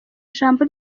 ijambo